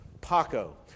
Paco